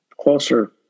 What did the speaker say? closer